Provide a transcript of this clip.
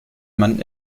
man